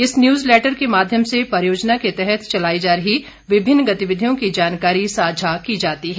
इस newsletter के माध्यम से परियोजना के तहत चलाई जा रही विभिन्न गतिविधियों की जानकारी साझा की जाती है